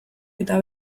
eta